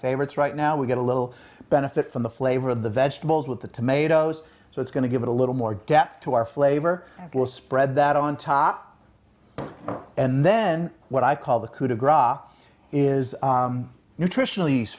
favorites right now we get a little benefit from the flavor of the vegetables with the tomatoes so it's going to give it a little more depth to our flavor will spread that on top and then what i call the coup de gras is nutritionally